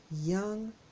young